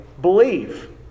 believe